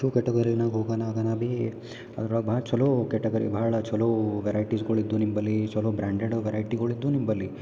shoe ಕೆಟಗರಿನಾಗ ಹೋಗನ ನಾಗ ಬಿ ಅದ್ರೊಳಗೆ ಭಾಳ್ ಚಲೋ ಕೆಟಗರಿ ಭಾಳ್ ಚಲೋ ವೆರೈಟಿಸ್ಗಳ್ ಇದ್ದೋ ನಿಂಬಲ್ಲಿ ಚಲೋ ಬ್ರ್ಯಾಂಡೆಡ್ ವೆರೈಟಿಗಳ್ ಇದ್ದೋ ನಿಂಬಲ್ಲಿ